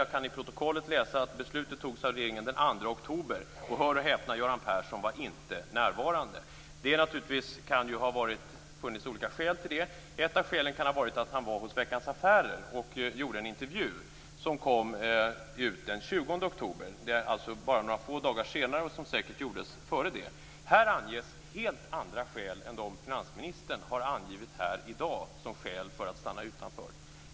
Jag kan i protokollet läsa att beslutet fattades av regeringen den 2 oktober och, hör och häpna, Göran Persson var inte närvarande. Det kan naturligtvis ha funnits olika skäl till detta. Ett av skälen kan ha varit att han var hos Veckans Affärer för en intervju som publicerades den 20 oktober - alltså bara några få dagar senare - och intervjun gjordes säkert före regeringens beslut. Här anges helt andra skäl för att stanna utanför EMU än de som finansministern har angivit här i dag.